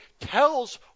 tells